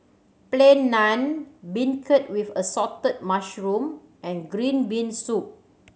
Plain Naan beancurd with assorted mushroom and green bean soup